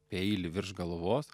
peilį virš galvos